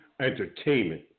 Entertainment